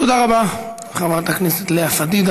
תודה רבה, חברת הכנסת לאה פדידה.